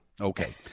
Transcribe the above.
Okay